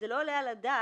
זה לא עולה על הדעת